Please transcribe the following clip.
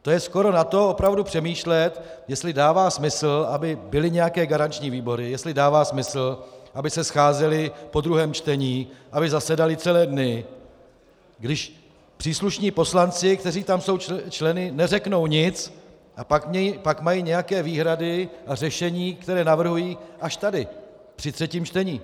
To je opravdu skoro na to přemýšlet, jestli dává smysl, aby byly nějaké garanční výbory, jestli dává smysl, aby se scházely po druhém čtení, aby zasedaly celé dny, když příslušní poslanci, kteří tam jsou členy, neřeknou nic, a pak mají nějaké výhrady a řešení, které navrhují až tady při třetím čtení.